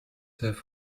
have